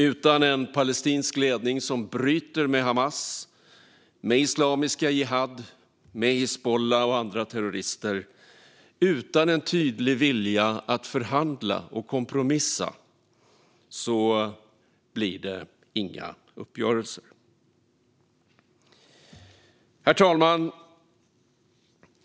Utan en palestinsk ledning som bryter med Hamas, med Islamiska jihad, med Hizbollah och andra terrorister - utan en tydlig vilja att förhandla och kompromissa - blir det inga uppgörelser. Herr talman!